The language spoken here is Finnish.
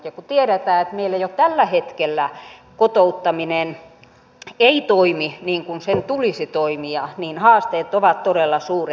ja kun tiedetään että meillä jo tällä hetkellä kotouttaminen ei toimi niin kuin sen tulisi toimia niin haasteet ovat todella suuret